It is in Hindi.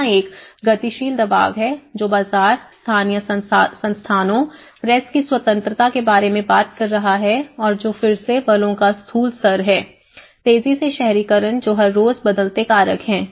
यहां एक गतिशील दबाव है जो बाजार स्थानीय संस्थानों प्रेस की स्वतंत्रता के बारे में बात कर रहा है और जो फिर से बलों का स्थूल स्तर है तेजी से शहरीकरण जो हर रोज बदलते कारक हैं